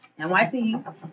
NYC